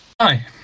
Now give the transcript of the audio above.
hi